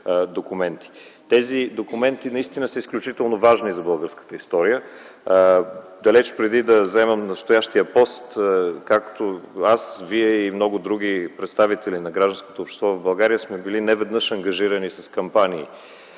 Тези документи наистина са изключително важни за българската история. Далеч преди да заема настоящия пост, както аз, Вие и много други представители на гражданското общество в България сме били неведнъж ангажирани с кампании